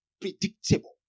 predictable